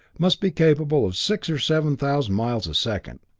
must be capable of six or seven thousand miles a second.